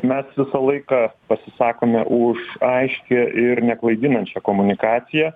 mes visą laiką pasisakome už aiškią ir neklaidinančią komunikaciją